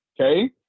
Okay